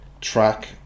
track